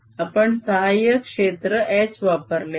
आपण सहायक क्षेत्र H वापरले आहे